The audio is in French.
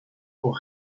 pour